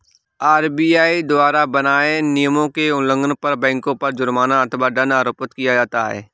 RBI द्वारा बनाए नियमों के उल्लंघन पर बैंकों पर जुर्माना अथवा दंड आरोपित किया जाता है